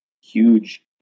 Huge